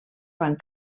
van